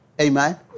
Amen